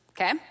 Okay